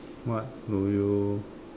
what do you